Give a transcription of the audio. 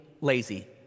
lazy